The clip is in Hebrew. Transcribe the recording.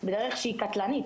בדרך שהיא קטלנית,